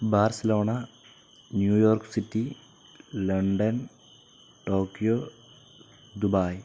Barcelona New York city London Tokyo Dubai